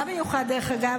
מה מיוחד, דרך אגב?